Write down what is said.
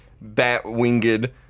bat-winged